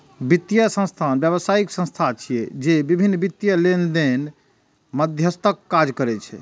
वित्तीय संस्थान व्यावसायिक संस्था छिय, जे विभिन्न वित्तीय लेनदेन लेल मध्यस्थक काज करै छै